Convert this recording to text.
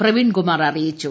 പ്രവീൺകുമാർ അറിയിച്ചു